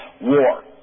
war